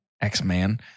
X-Men